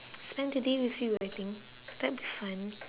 spend the day with you I think that'll be fun